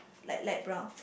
like light brown